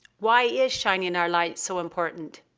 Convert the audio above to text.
why is shining our light so important?